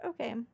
okay